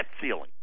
ceiling